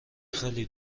خیلی